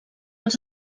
els